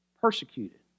persecuted